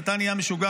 אתה נהיה משוגע,